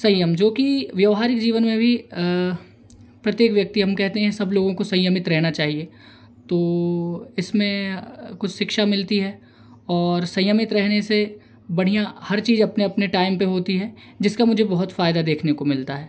संयम जो कि व्यावहारिक जीवन में भी प्रत्येक व्यक्ति हम कहते हैं सब लोगों को संयमित रहना चाहिए तो इसमें कुछ शिक्षा मिलती है और संयमित रहने से बढ़िया हर चीज अपने अपने टाइम पर होती है जिसका मुझे बहुत फायदा देखने को मिलता है